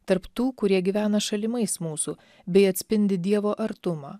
tarp tų kurie gyvena šalimais mūsų bei atspindi dievo artumą